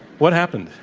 what happened?